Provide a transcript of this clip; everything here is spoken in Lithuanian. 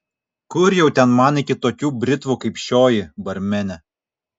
kur jau ten man iki tokių britvų kaip šioji barmene